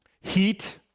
Heat